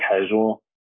casual